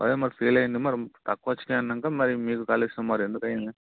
అదే మరి ఫెయిల్ అయ్యాడు మరి తక్కువ వచ్చాయి అన్నాక మరి మీకు కాల్ చేస్తున్నాం మరి ఎందుకయింది